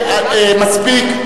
מספיק.